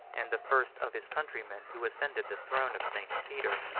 and the first of his countrymen who ascended the throne of st. peter.